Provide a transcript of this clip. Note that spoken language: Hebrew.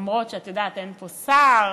למרות שאת יודעת, אין פה שר,